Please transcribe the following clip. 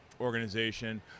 organization